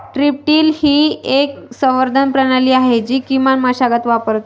strip till ही एक संवर्धन प्रणाली आहे जी किमान मशागत वापरते